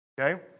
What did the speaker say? okay